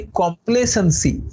complacency